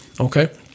Okay